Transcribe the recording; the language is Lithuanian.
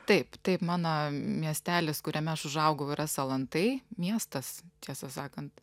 taip taip mano miestelis kuriame aš užaugau yra salantai miestas tiesą sakant